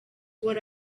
what